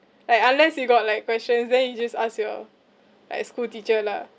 like unless you got like questions then you just ask your like school teacher lah